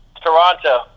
Toronto